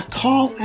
call